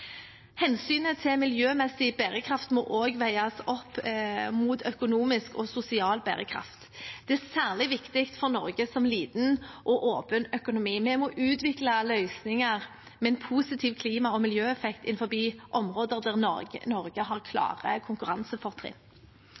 Hensynet til miljømessig bærekraft må også veies opp mot økonomisk og sosial bærekraft. Det er særlig viktig for Norge som en liten og åpen økonomi. Vi må utvikle løsninger med en positiv klima- og miljøeffekt innenfor områder der Norge har klare konkurransefortrinn.